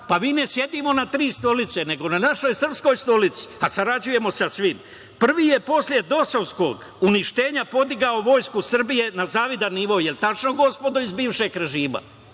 Mi ne sedimo na tri stolice, nego na našoj, srpskoj stolici, a sarađujemo sa svima. Prvi je posle dosovskog uništenja podigao Vojsku Srbije na zavidan nivo. Da li je tačno gospodo iz bivšeg režima?